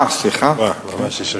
סליחה.